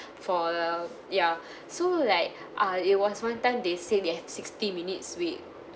for the ya so like uh it was one time they say they have sixty minutes wait